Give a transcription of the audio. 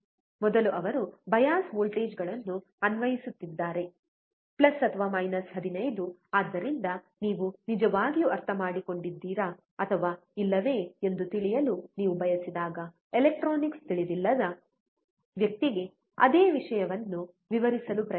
ಮೊದಲು ಅವರು ಬಯಾಸ್ ವೋಲ್ಟೇಜ್ಗಳನ್ನು ಅನ್ವಯಿಸುತ್ತಿದ್ದಾರೆ 15 ಆದ್ದರಿಂದ ನೀವು ನಿಜವಾಗಿಯೂ ಅರ್ಥಮಾಡಿಕೊಂಡಿದ್ದೀರಾ ಅಥವಾ ಇಲ್ಲವೇ ಎಂದು ತಿಳಿಯಲು ನೀವು ಬಯಸಿದಾಗ ಎಲೆಕ್ಟ್ರಾನಿಕ್ಸ್ ತಿಳಿದಿಲ್ಲದ ವ್ಯಕ್ತಿಗೆ ಅದೇ ವಿಷಯವನ್ನು ವಿವರಿಸಲು ಪ್ರಯತ್ನಿಸಿ